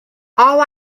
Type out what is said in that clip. all